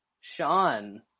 Sean